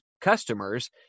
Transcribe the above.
customers